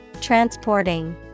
Transporting